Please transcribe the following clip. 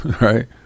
Right